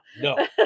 no